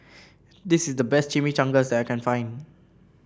this is the best Chimichangas I can find